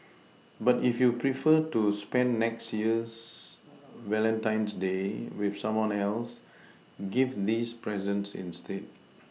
but if you prefer to spend next year's Valentine's day with someone else give these presents instead